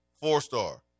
Four-star